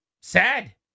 sad